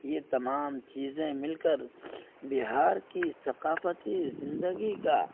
یہ تمام چیزیں مل کر بہار کی ثقافتی زندگی کا